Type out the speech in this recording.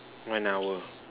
one hour